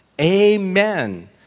Amen